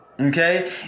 Okay